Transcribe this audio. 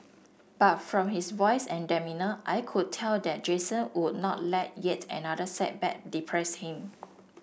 but from his voice and demeanour I could tell that Jason would not let yet another setback depress him